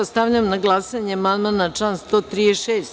Stavljam na glasanje amandman na član 136.